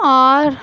اور